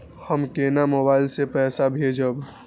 हम केना मोबाइल से पैसा भेजब?